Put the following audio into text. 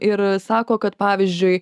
ir sako kad pavyzdžiui